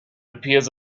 appears